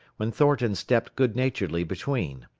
when thornton stepped good-naturedly between.